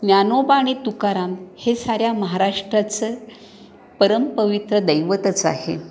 ज्ञानोबा आणि तुकाराम हे साऱ्या महाराष्ट्राचं परमपवित्र दैवतच आहे